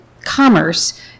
commerce